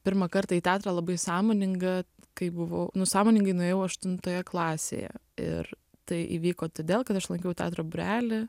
pirmą kartą į teatrą labai sąmoninga kai buvau nu sąmoningai nuėjau aštuntoje klasėje ir tai įvyko todėl kad aš lankiau teatro būrelį